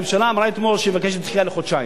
הממשלה אמרה אתמול שהיא מבקשת דחייה לחודשיים.